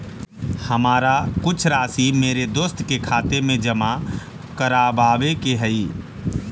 हमारा कुछ राशि मेरे दोस्त के खाते में जमा करावावे के हई